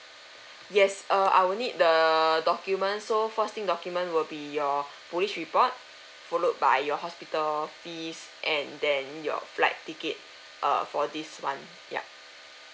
yes err I will need the document so first thing document will be your police report followed by your hospital fees and then your flight ticket err for this one yup